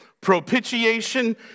Propitiation